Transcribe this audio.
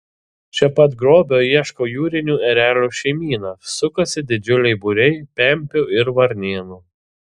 čia pat grobio ieško jūrinių erelių šeimyna sukasi didžiuliai būriai pempių ir varnėnų